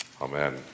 Amen